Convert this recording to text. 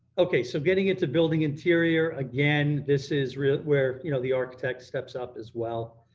okay, so getting into building interior, again, this is where where you know the architect steps up as well.